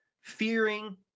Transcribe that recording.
fearing